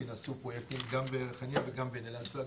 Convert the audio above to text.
כי הם עשו פרויקטים גם בריחאניה וגם בעין אל-אסד,